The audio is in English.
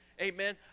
amen